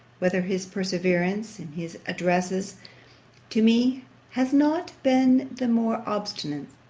whether his perseverance in his addresses to me has not been the more obstinate,